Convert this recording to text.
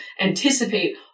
anticipate